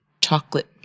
chocolate